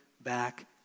back